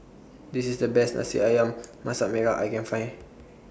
This IS The Best A See Ayam Masak Merah I Can Find